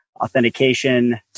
authentication